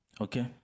Okay